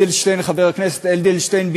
חבר הכנסת אדלשטיין,